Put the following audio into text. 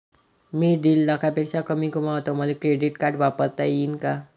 मी दीड लाखापेक्षा कमी कमवतो, मले क्रेडिट कार्ड वापरता येईन का?